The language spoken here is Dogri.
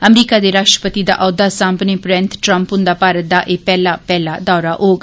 अमरीका दे राष्ट्रपति दा ओहदा साम्बने परैंत ट्रम्प हन्दा भारत दा एह् पैहला पैहला दौरा होग